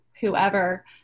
whoever